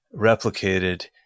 replicated